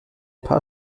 paar